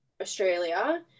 Australia